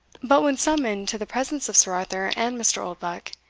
but when summoned to the presence of sir arthur and mr. oldbuck,